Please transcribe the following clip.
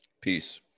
peace